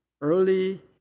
Early